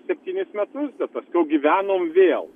septynis metus bet paskiau gyvenom vėl